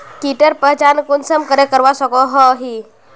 कीटेर पहचान कुंसम करे करवा सको ही?